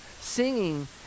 Singing